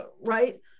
right